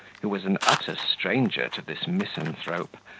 who was an utter stranger to this misanthrope,